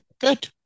good